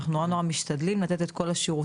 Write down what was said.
אנחנו נורא משתדלים לתת את כל השירותים,